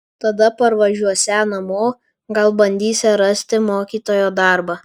tada parvažiuosią namo gal bandysią rasti mokytojo darbą